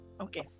Okay